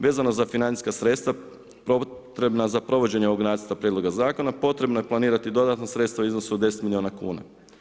Vezano za financijska sredstva potrebna za provođenje ovog nacrta prijedloga zakona, potrebno je planirati dodatna sredstva u iznosu od 10 milijuna kuna.